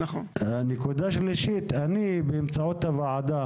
דבר שלישי, אני באמצעות הוועדה